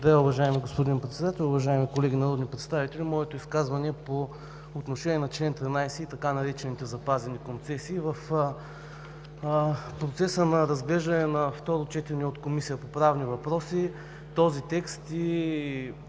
Благодаря, уважаеми господин Председател. Уважаеми колеги народни представители, моето изказване е по отношение на чл. 13 и така наречените „запазени концесии“ – в процеса на разглеждане на второ четене от Комисията по правни въпроси този текст и